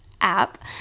app